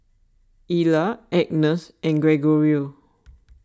Ela Agness and Gregorio